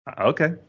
okay